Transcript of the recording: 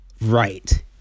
Right